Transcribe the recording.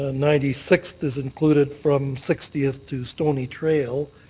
ah ninety sixth is included from sixtieth to stoney trail,